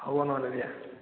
হ'ব নহ'লে দিয়া